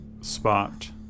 spot